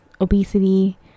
obesity